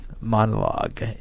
monologue